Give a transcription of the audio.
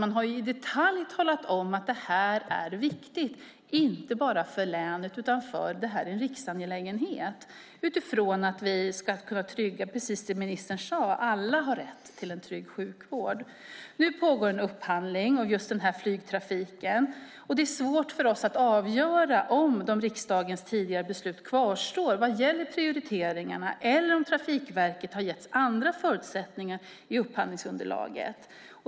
Man har i detalj talat om att det här inte bara är viktigt för länet utan att det är en riksangelägenhet utifrån det ministern sade, nämligen att alla har rätt till en trygg sjukvård. Nu pågår en upphandling av just den här flygtrafiken. Det är svårt för oss att avgöra om riksdagens tidigare beslut kvarstår vad gäller prioriteringarna eller om Trafikverket har getts andra förutsättningar i upphandlingsunderlaget.